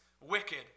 wicked